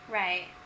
right